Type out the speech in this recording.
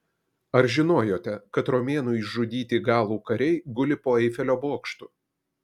ar žinojote kad romėnų išžudyti galų kariai guli po eifelio bokštu